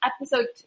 episode